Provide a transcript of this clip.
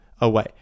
away